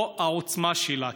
או העוצמה שלה,